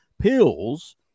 pills